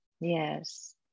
yes